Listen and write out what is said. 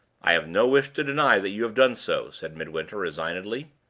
i have no wish to deny that you have done so, said midwinter, resignedly.